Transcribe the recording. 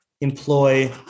employ